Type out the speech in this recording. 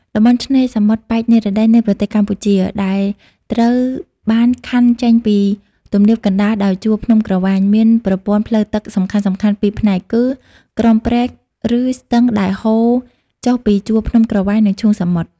តំបន់ឆ្នេរសមុទ្រប៉ែកនិរតីនៃប្រទេសកម្ពុជា ដែលត្រូវបានខ័ណ្ឌចេញពីទំនាបកណ្តាលដោយជួរភ្នំក្រវាញ មានប្រព័ន្ធផ្លូវទឹកសំខាន់ៗពីរផ្នែកគឺ ក្រុមព្រែក ឬស្ទឹងដែលហូរចុះពីជួរភ្នំក្រវាញ និងឈូងសមុទ្រ។